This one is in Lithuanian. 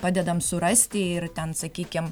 padedam surasti ir ten sakykim